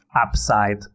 upside